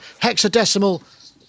hexadecimal